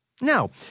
Now